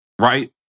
Right